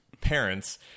parents